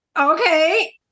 Okay